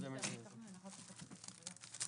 י"ב באדר א' תשפ"ב.